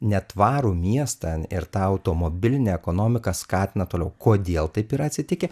ne tvarų miestą ir tą automobilinę ekonomiką skatina toliau kodėl taip yra atsitikę